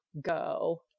go